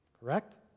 correct